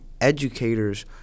Educators